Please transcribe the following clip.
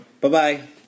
Bye-bye